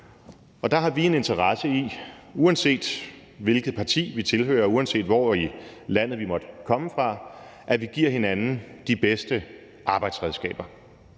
og der har vi en interesse i, uanset hvilket parti vi tilhører, uanset hvor i landet vi måtte komme fra, at vi giver hinanden de bedste arbejdsredskaber,